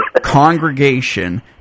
congregation